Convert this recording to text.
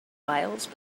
files